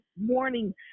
morning